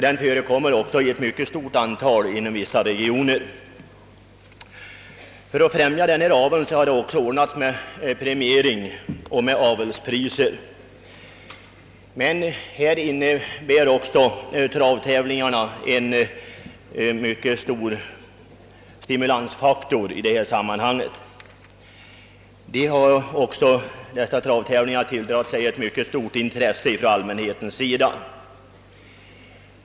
Den förekommer också i stort antal inom vissa regioner, För att främja aveln har ordnats med premiering och avelspriser. Men även travtävlingarna utgör en mycket stor stimulansfaktor i detta sammanhang; dessa tävlingar tilldrar sig stort intresse från allmänhetens sida.